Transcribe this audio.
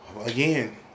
again